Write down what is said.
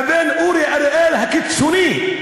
לבין אורי אריאל הקיצוני,